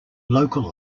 local